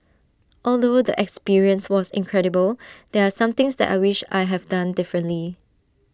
although the experience was incredible there are some things that I wish I have done differently